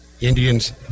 Indians